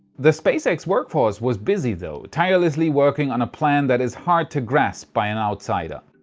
the spacex work force was busy though, tirelessly working on a plan that is hard to grasp by an outsider.